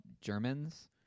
Germans